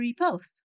repost